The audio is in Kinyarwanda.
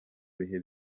bihe